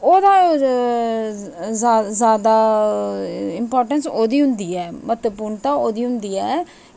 ओह्दा जादा इम्पार्टेंस ओह्दी होंदी ऐ म्हत्वपूर्णता ओह्दी होंदी ऐ